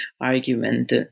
argument